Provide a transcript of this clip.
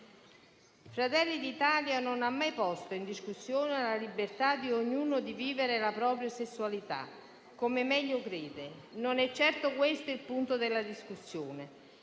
Fratelli d'Italia non ha mai posto in discussione la libertà di ognuno di vivere la propria sessualità come meglio crede: non è certo questo il punto della discussione.